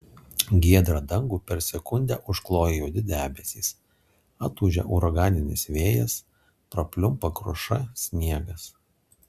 giedrą dangų per sekundę užkloja juodi debesys atūžia uraganinis vėjas prapliumpa kruša sniegas